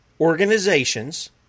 organizations